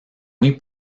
muy